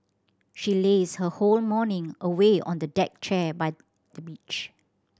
she lazed her whole morning away on the deck chair by the beach